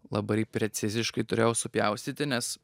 labai preciziškai turėjau supjaustyti nes